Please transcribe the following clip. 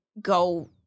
go